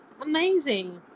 Amazing